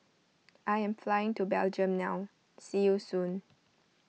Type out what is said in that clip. I am flying to Belgium now see you soon